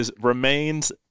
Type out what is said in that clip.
remains –